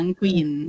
queen